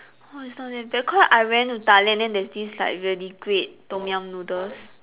no it's not that bad cause I went to Thailand and then there's this like really great Tom-Yum noodles